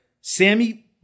Sammy